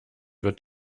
wird